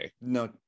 No